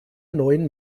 neuen